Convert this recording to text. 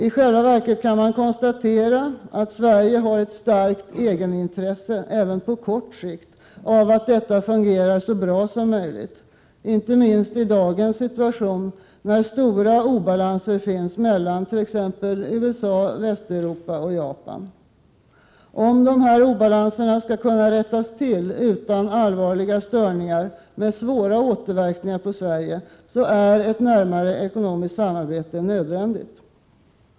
I själva verket kan man konstatera att Sverige har ett starkt egenintresse, även på kort sikt, av att detta fungerar så bra som möjligt, inte minst i dagens situation när stora obalanser finns mellan t.ex. USA, Västeuropa och Japan. Om dessa obalanser skall kunna rättas till utan allvarliga störningar med svåra återverkningar på Sverige, är ett närmare ekonomiskt samarbete nödvändigt.